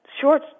short